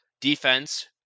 Defense